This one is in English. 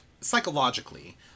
Psychologically